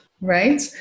right